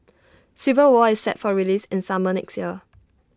civil war is set for release in summer next year